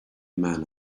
man